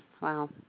Wow